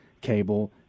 cable